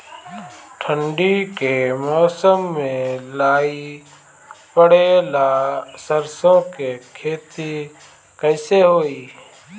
ठंडी के मौसम में लाई पड़े ला सरसो के खेती कइसे होई?